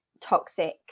toxic